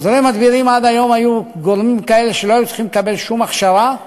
עוזרי מדבירים עד היום היו גורמים כאלה שלא היו צריכים לקבל שום הכשרה.